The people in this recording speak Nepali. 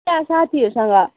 त्यहाँ साथीहरूसँग